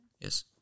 Yes